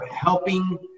helping